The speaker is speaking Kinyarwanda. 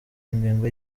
ingengo